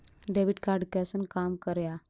Debit card कैसन काम करेया?